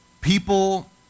People